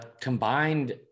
combined